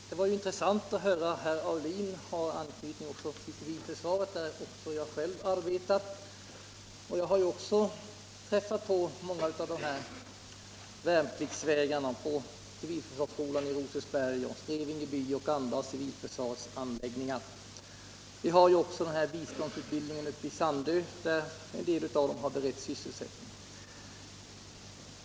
Herr talman! Det var intressant att höra att herr Aulin har anknytning till civilförsvaret, där även jag arbetat. Jag har också träffat på många av värnpliktsvägrarna på civilförsvarsskolan i Rosersberg, i Revingeby och vid andra civilförsvarsanläggningar. Vi har också biståndsutbildningen i Sandö, där en del av värnpliktsvägrarna beretts sysselsättning.